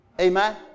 Amen